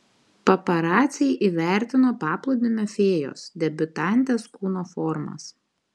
paparaciai įvertino paplūdimio fėjos debiutantės kūno formas